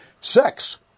sex